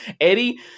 Eddie